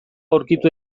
aurkitu